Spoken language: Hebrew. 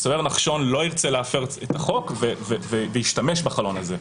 סוהר נחשון לא ירצה להפר את החוק וישתמש בחלון הזה.